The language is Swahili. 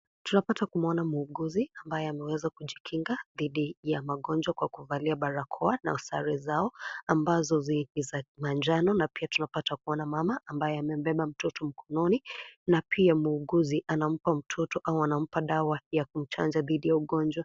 Tunapata kumwona muuguzi ambaye ameweza kujikinga dhidhi ya magonjwa kwa kuvalia barakoa au sare zao ambazo ni za manjano na pia tunapata kuona mama ambaye amembeba mtoto mkononi na pia muuguzi anampa mtoto au anampa dawa ya kumchanja dhidhi ya ugonjwa.